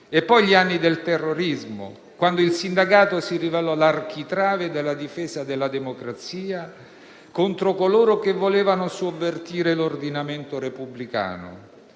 anche gli anni del terrorismo quelli in cui il sindacato si rivelò l'architrave della difesa della democrazia contro coloro che volevano sovvertire l'ordinamento repubblicano.